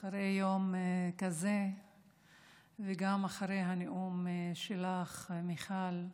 אחרי יום כזה וגם אחרי הנאום שלך, מיכל.